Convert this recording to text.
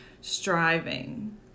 striving